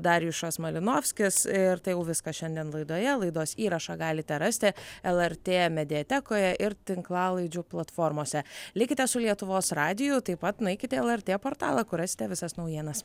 darjušas malinovskis ir tai jau viskas šiandien laidoje laidos įrašą galite rasti lrt mediatekoje ir tinklalaidžių platformose likite su lietuvos radiju taip pat nueikite į lrt portalą kur rasite visas naujienas